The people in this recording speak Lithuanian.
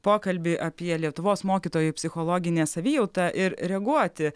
pokalbį apie lietuvos mokytojų psichologinę savijautą ir reaguoti